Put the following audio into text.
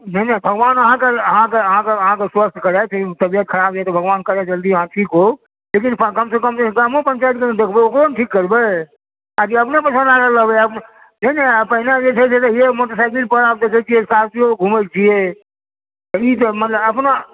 नहि नहि भगवान अहाँके अहाँके स्वस्थ करथि तबियत खराब रहैया तऽ भगवान करै जल्दी अहाँ ठीक होउ लेकिन कमसँ कम ग्रामो पञ्चायतके ने देखबै ओकरो ने ठीक करबै आ कि अपने पर लागल रहबै छै ने पहिने जे छै से रहियै मोटरसाइकल पर आब देखैत छी स्कॉर्पीओ घूमैत छियै ई तऽ मतलब अपना